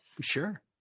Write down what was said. Sure